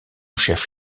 chef